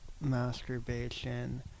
masturbation